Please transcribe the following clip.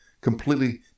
completely